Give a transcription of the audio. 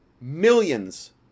millions